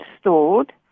stored